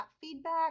feedback